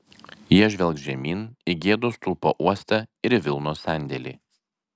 jie žvelgs žemyn į gėdos stulpo uostą ir į vilnos sandėlį